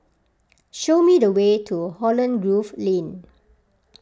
show me the way to Holland Grove Lane